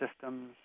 systems